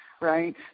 right